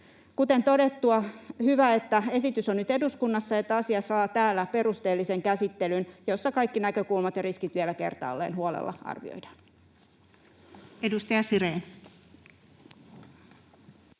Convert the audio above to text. Kuten todettua, hyvä, että esitys on nyt eduskunnassa ja että asia saa täällä perusteellisen käsittelyn, jossa kaikki näkökulmat ja riskit vielä kertaalleen huolella arvioidaan. Edustaja Sirén.